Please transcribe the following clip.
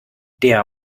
der